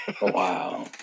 Wow